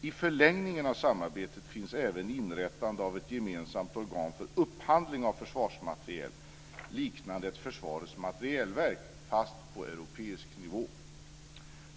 I förlängningen av samarbetet finns även inrättandet av ett gemensamt organ för upphandling av försvarsmateriel, liknande Försvarets materielverk fast på europeisk nivå.